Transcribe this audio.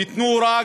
וייתנו הוראה,